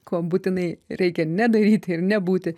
ko būtinai reikia nedaryti ir nebūti